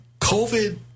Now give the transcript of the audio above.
COVID